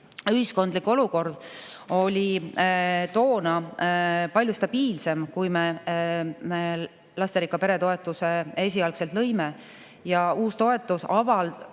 Ühiskondlik olukord oli toona palju stabiilsem, kui me lasterikka pere toetuse esialgselt lõime, ja uus toetus avaldas